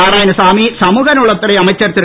நாராயணசாமி சமூகநலத்துறை அமைச்சர் திரு